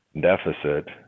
deficit